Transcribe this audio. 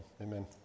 amen